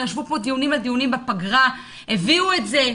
ישבו כאן בדיונים על גבי דיונים בפגרה והביאו את זה.